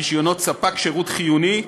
עיקרה הארכת רישיונות ספק שירות חיוני,